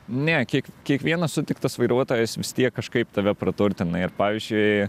ne kiek kiekvienas sutiktas vairuotojas vis tiek kažkaip tave praturtina ir pavyzdžiui